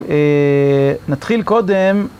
נתחיל קודם.